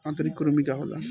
आंतरिक कृमि का होला?